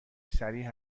سریع